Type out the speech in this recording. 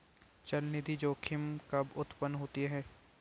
चलनिधि जोखिम कब उत्पन्न होता है?